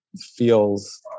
feels